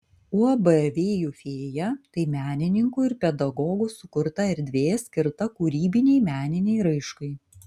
uab vėjų fėja tai menininkų ir pedagogų sukurta erdvė skirta kūrybinei meninei raiškai